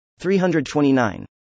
329